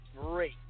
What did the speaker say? great